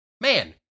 man